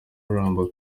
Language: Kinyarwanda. ruramba